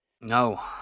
No